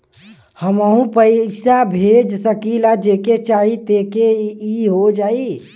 हमहू पैसा भेज सकीला जेके चाही तोके ई हो जाई?